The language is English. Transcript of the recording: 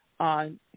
on